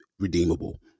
Redeemable